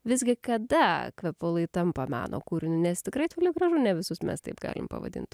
visgi kada kvepalai tampa meno kūriniu nes tikrai toli gražu ne visus mes taip galim pavadint